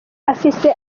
afise